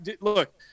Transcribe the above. look